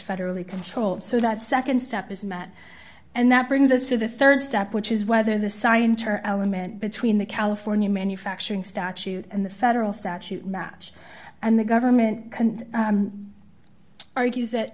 federally controlled so that nd step is matt and that brings us to the rd step which is whether the sign turner element between the california manufacturing statute and the federal statute match and the government argues that